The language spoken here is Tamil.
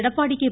எடப்பாடி கே